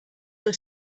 have